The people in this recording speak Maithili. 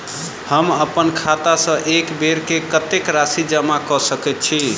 हम अप्पन खाता सँ एक बेर मे कत्तेक राशि जमा कऽ सकैत छी?